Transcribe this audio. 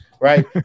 right